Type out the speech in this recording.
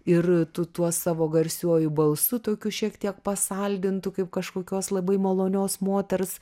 ir tu tuo savo garsiuoju balsu tokiu šiek tiek pasaldint kaip kažkokios labai malonios moters